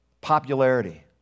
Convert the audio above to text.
popularity